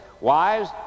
Wives